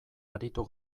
aritu